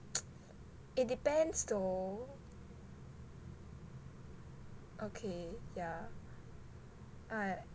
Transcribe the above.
it depends though okay ya [what]